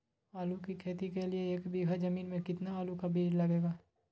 आलू की खेती के लिए एक बीघा जमीन में कितना आलू का बीज लगेगा?